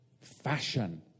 fashion